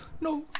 No